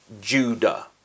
Judah